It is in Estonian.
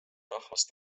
rahvast